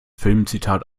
filmzitat